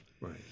Right